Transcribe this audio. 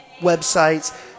websites